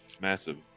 massive